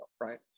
right